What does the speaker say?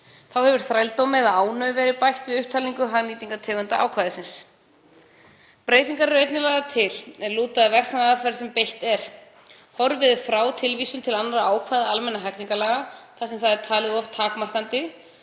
Þá hefur þrældómi eða ánauð verið bætt við upptalningu á hagnýtingartegundum ákvæðisins. Breytingar eru einnig lagðar til er lúta að verknaðaraðferð sem beitt er. Horfið er frá tilvísun til annarra ákvæða almennra hegningarlaga þar sem það er talið of takmarkandi.